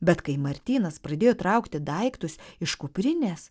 bet kai martynas pradėjo traukti daiktus iš kuprinės